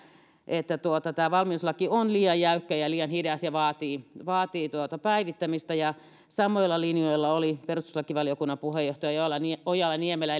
että tämä valmiuslaki on liian jäykkä ja liian hidas ja vaatii vaatii päivittämistä ja samoilla linjoilla oli perustuslakivaliokunnan puheenjohtaja ojala niemelä